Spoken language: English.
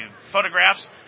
photographs